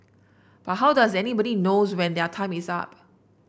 but how does anybody knows when their time is up